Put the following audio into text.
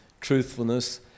truthfulness